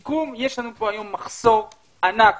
יש לנו פה היום מחסור ענק